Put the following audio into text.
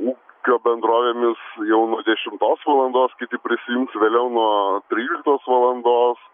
ūkio bendrovėmis jau nuo dešimtos valandos kiti prisijungs vėliau nuo tryliktos valandos